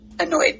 annoyed